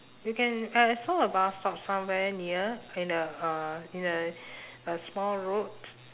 you can I I saw a bus stop somewhere near in the uh in the uh small road